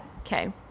Okay